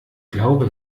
glaube